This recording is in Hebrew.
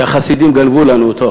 החסידים גנבו לנו אותו,